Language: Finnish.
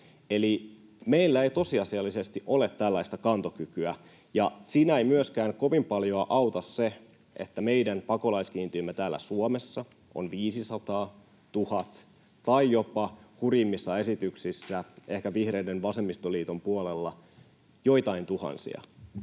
Eli meillä ei tosiasiallisesti ole tällaista kantokykyä. Siinä ei myöskään kovin paljoa auta se, että meidän pakolaiskiintiömme täällä Suomessa on viisisataa, tuhat tai hurjimmissa esityksissä ehkä vihreiden, vasemmistoliiton puolella jopa joitain tuhansia.